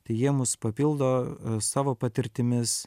tai jie mus papildo savo patirtimis